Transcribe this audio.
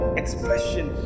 expression